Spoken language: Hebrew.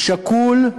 שקול,